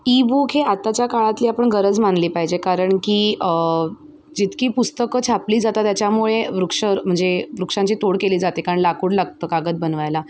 ebook हे आताच्या काळातली आपण गरज मानली पाहिजे कारण की जितकी पुस्तकं छापली जातात त्याच्यामुळे वृक्ष म्हणजे वृक्षांची तोड केली जाते कारण लाकूड लागतं कागद बनवायला